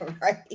Right